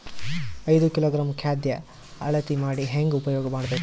ಐದು ಕಿಲೋಗ್ರಾಂ ಖಾದ್ಯ ಅಳತಿ ಮಾಡಿ ಹೇಂಗ ಉಪಯೋಗ ಮಾಡಬೇಕು?